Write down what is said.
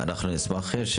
אנחנו נשמח אם